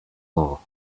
law